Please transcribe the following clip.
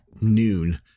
noon